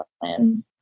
plan